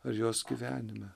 ar jos gyvenime